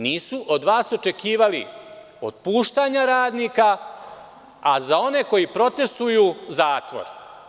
Nisu od vas očekivali otpuštanja radnika, a za one koji protestuju zatvor.